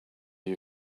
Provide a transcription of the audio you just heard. you